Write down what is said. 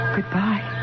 Goodbye